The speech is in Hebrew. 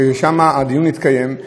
ששם הדיון התקיים,